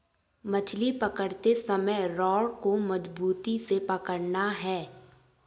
मछली पकड़ते समय रॉड को मजबूती से पकड़ना है